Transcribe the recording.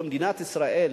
במדינת ישראל